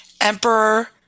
Emperor